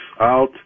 out